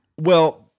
Well-